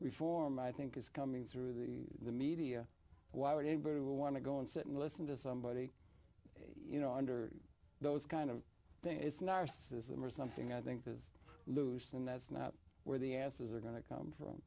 reform i think is coming through the media why would anybody want to go and sit and listen to somebody you know under those kind of thing it's not a system or something i think is loose and that's not where the answers are going to come from